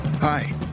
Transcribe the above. hi